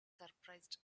surprised